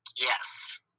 Yes